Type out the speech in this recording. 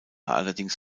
allerdings